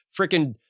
freaking